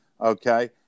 okay